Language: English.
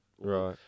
Right